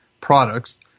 products